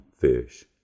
fish